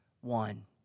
one